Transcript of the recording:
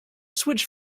switch